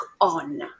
on